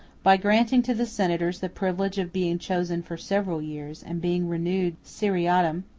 by granting to the senators the privilege of being chosen for several years, and being renewed seriatim,